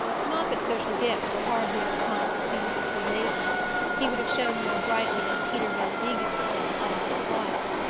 moffatt's social gifts were hardly of a kind to please the two ladies he would have shone more brightly in peter van degen's set than in his wife's.